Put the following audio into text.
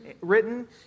written